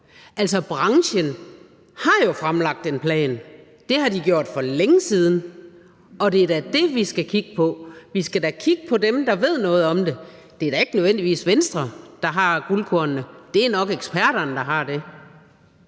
Branchen har jo fremlagt en plan. Det har de gjort for længe siden. Det er da den, vi skal kigge på. Vi skal da kigge på det, der kommer fra dem, der ved noget om det. Det er da ikke nødvendigvis Venstre, der kommer med guldkornene. Det er nok eksperterne, der gør det.